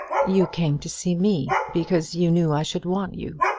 you came to see me because you knew i should want you.